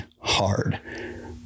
hard